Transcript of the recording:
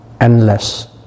endless